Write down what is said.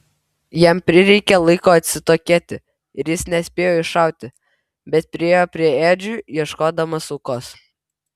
jam prireikė laiko atsitokėti ir jis nespėjo iššauti bet priėjo prie ėdžių ieškodamas aukos